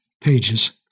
pages